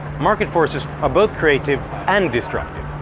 market forces are both creative and destructive.